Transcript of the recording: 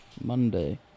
Monday